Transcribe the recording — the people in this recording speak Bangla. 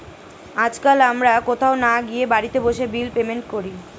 আজকাল আমরা কোথাও না গিয়ে বাড়িতে বসে বিল পেমেন্ট করি